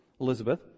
Elizabeth